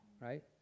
right